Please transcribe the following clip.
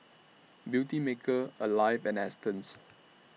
Beautymaker Alive and Astons